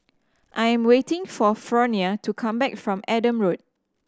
I'm waiting for Fronia to come back from Adam Road